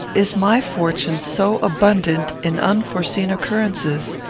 is my fortune so abundant in unforeseen occurrences?